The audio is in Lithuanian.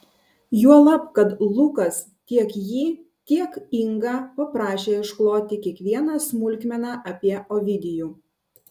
juolab kad lukas tiek jį tiek ingą paprašė iškloti kiekvieną smulkmeną apie ovidijų